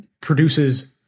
produces